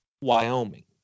Wyoming